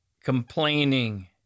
complaining